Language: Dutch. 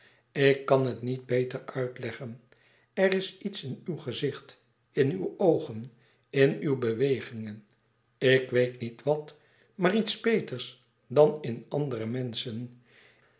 ik kan het niet beter uitleggen er is iets in uw gezicht in uw oogen in uw bewegingen ik weet niet wat maar iets beters dan in andere menschen